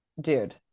dude